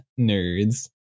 nerds